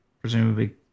presumably